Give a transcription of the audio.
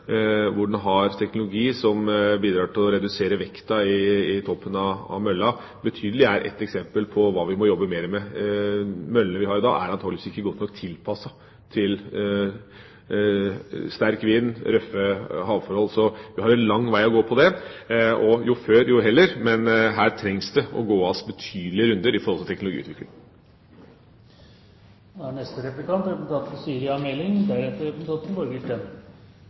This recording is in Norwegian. hvor en har teknologi som bidrar til å redusere vekten i toppen av møllene betydelig, er et eksempel på hva vi må jobbe mer med. De møllene vi har i dag, er antakeligvis ikke godt nok tilpasset sterk vind og røffe havforhold, så vi har en lang vei å gå her. Jo før, jo heller, men her må det gås betydelige runder med tanke på teknologiutvikling. Dette handler om energi, men det handler først og fremst om industri og det å